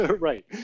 right